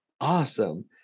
Awesome